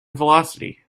velocity